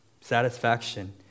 satisfaction